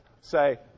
say